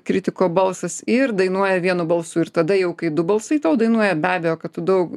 kritiko balsas ir dainuoja vienu balsu ir tada jau kai du balsai tau dainuoja be abejo kad tu daug